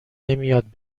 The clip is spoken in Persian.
نمیاد